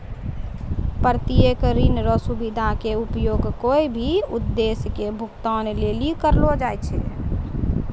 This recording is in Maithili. प्रत्यक्ष ऋण रो सुविधा के उपयोग कोय भी उद्देश्य के भुगतान लेली करलो जाय छै